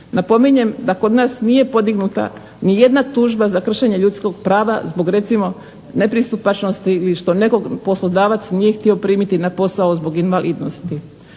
Napominjem da kod nas nije podignuta ni jedna tužba za kršenje ljudskog prava zbog recimo nepristupačnosti ili što nekog poslodavac nije htio primiti na posao zbog invalidnosti,